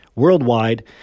worldwide